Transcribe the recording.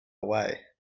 away